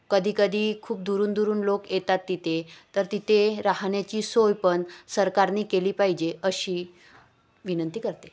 कधीकधी खूप दुरून दुरून लोक येतात तिथे तर तिथे राहण्याची सोय पण सरकारने केली पाहिजे अशी विनंती करते